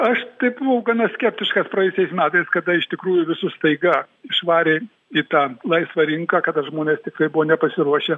aš buvau gana skeptiškas praeitais metais kada iš tikrųjų visus staiga išvarė į tą laisvą rinką kada žmonės tikrai buvo nepasiruošę